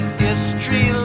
history